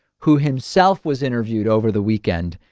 who himself was interviewed over the weekend.